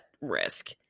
risk